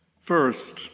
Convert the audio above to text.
First